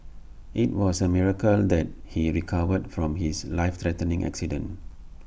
IT was A miracle that he recovered from his life threatening accident